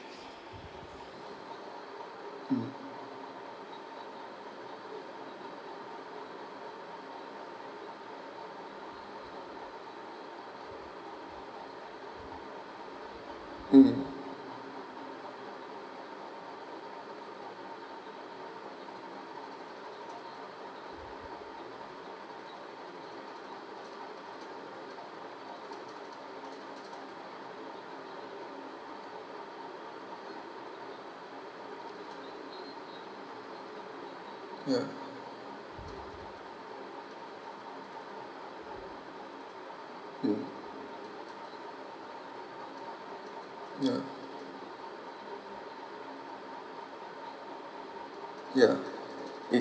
mm mm yeah mm yeah yeah it